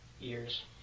Years